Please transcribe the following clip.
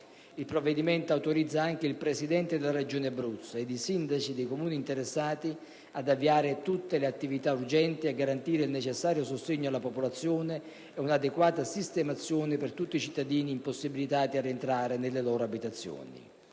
il provvedimento citato autorizza il Presidente della Regione Abruzzo ed i sindaci dei Comuni interessati ad avviare tutte le attività urgenti a garantire il necessario sostegno alla popolazione ed un'adeguata sistemazione per tutti quei cittadini impossibilitati a rientrare nelle loro abitazioni.